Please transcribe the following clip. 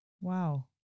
Wow